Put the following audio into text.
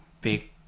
big